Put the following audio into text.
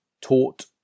taught